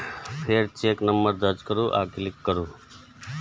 फेर check number दर्ज करू आ क्लिक करू